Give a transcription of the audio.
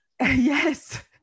yes